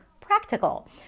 practical